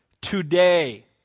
today